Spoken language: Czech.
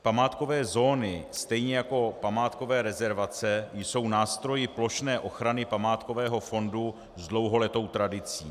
Památkové zóny stejně jako památkové rezervace jsou nástroji plošné ochrany památkového fondu s dlouholetou tradicí.